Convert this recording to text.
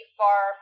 far